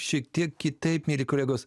šiek tiek kitaip mieli kolegos